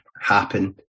happen